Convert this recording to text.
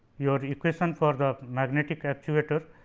your equation for the magnetic actuator,